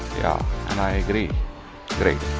yeah and i agree great